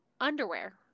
underwear